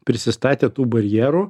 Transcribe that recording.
prisistatė tų barjerų